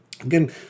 again